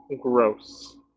gross